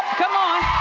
come on.